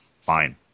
fine